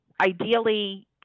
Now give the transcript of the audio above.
ideally